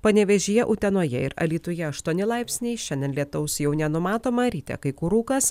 panevėžyje utenoje ir alytuje aštuoni laipsniai šiandien lietaus jau nenumatoma ryte kai kur rūkas